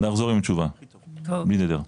נחזור עם תשובה בלי נדר.